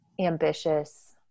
ambitious